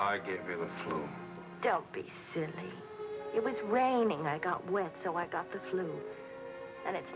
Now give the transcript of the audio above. i get really dopey since it was raining and i got wet so i got the flu and it's